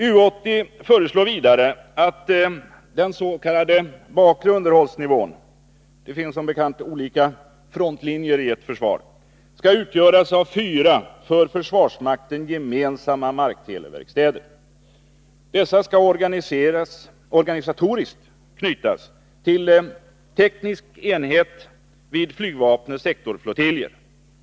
U 80 föreslår vidare att den s.k. bakre underhållsnivån — det finns som bekant olika frontlinjer i ett försvar — skall utgöras av fyra för försvarsmakten gemensamma markteleverkstäder. Dessa skall organisatoriskt knytas till teknisk enhet vid flygvapnets sektorflottiljer.